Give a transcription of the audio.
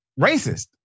racist